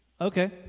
Okay